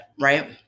right